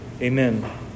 Amen